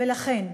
ולכן,